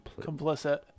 Complicit